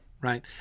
right